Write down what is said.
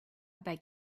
beg